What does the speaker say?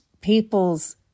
people's